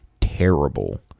terrible